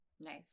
Nice